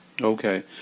Okay